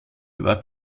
über